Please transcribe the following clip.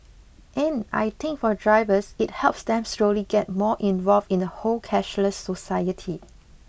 and I think for drivers it helps them slowly get more involved in the whole cashless society